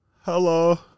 Hello